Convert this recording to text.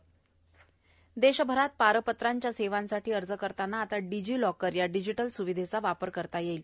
DigiLocker देशभरात पारपत्रांच्या सेवांसाठी अर्ज करताना आता डिजीलॉकर या डिजीटल सुविधेचा वापर करता येणार आहे